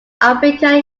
africa